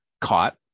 caught